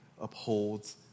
upholds